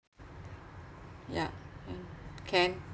ya can can